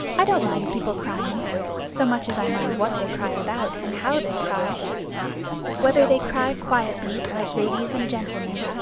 i don't mind people crying so much as i mind what they cry about, and how they cry whether they cry quietly like ladies and gentlemen,